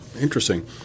Interesting